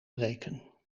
breken